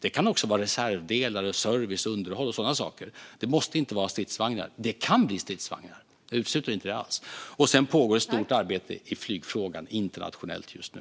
Det kan också handla om reservdelar, service, underhåll och sådana saker. Det måste inte vara stridsvagnar. Men det kan bli stridsvagnar; jag utesluter inte det alls. Det pågår också ett stort arbete i flygfrågan internationellt just nu.